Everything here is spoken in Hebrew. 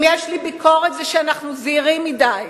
אם יש לי ביקורת, זה שאנחנו זהירים מדי.